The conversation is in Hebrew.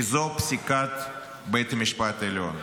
כי זו פסיקת בית המשפט העליון.